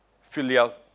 filial